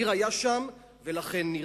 ניר היה שם, ולכן נרצח.